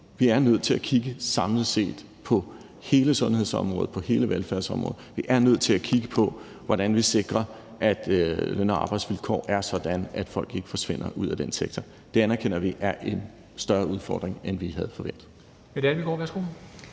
Vi er nødt til at kigge på hele sundhedsområdet og hele velfærdsområdet samlet set. Vi er nødt til at kigge på, hvordan vi sikrer, at løn- og arbejdsvilkår er sådan, at folk ikke forsvinder ud af den sektor. Det anerkender vi er en større udfordring, end vi havde forventet.